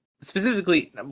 specifically